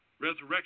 resurrection